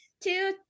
Two